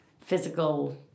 physical